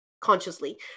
consciously